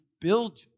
build